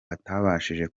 atabashije